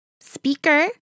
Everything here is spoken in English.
speaker